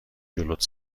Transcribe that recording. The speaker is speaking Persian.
جلوت